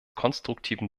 konstruktiven